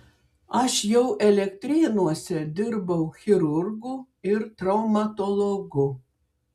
aš jau elektrėnuose dirbau chirurgu ir traumatologu